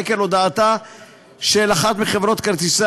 על רקע הודעתה של אחת מחברות כרטיסי